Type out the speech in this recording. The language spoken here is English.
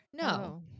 No